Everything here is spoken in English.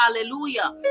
hallelujah